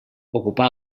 ocupà